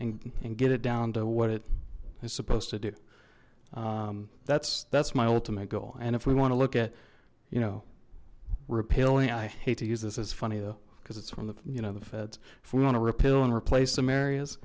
and and get it down to what it is supposed to do that's that's my ultimate goal and if we want to look at you know repealing i hate to use this as funny though because it's from the you know the feds if we want to repeal and replace some areas